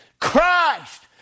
Christ